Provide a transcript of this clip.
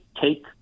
take